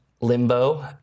limbo